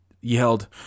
yelled